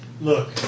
Look